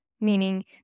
meaning